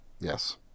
Yes